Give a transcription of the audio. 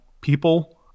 people